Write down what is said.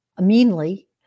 meanly